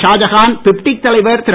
ஷாஜஹான் பிப்டிக் தலைவர் திரு